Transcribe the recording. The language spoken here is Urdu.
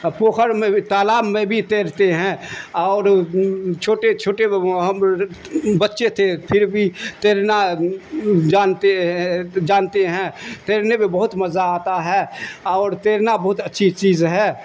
پوکھر میں بھی تالاب میں بھی تیرتے ہیں اور چھوٹے چھوٹے ہم بچے تھے پھر بھی تیرنا جانتے جانتے ہیں تیرنے میں بہت مزہ آتا ہے اور تیرنا بہت اچھی چیز ہے